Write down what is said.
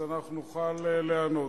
אנחנו נוכל לענות.